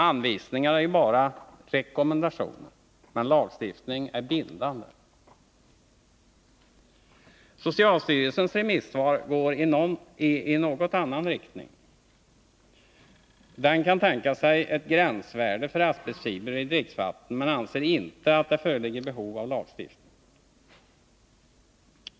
Anvisningar är bara rekommenderande, men lagstiftning är bindande. Socialstyrelsens remissvar går i något annan riktning. Styrelsen kan tänka sig ett gränsvärde för asbestfibrer i dricksvatten men anser inte att det föreligger behov av lagstiftning.